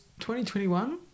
2021